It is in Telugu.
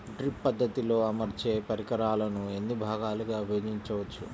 డ్రిప్ పద్ధతిలో అమర్చే పరికరాలను ఎన్ని భాగాలుగా విభజించవచ్చు?